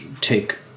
take